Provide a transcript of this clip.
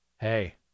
hey